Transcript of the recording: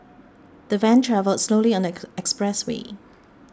the van travelled slowly on the expressway